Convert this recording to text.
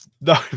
no